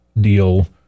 deal